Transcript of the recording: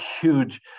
huge